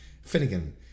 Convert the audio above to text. Finnegan